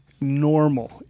normal